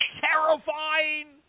terrifying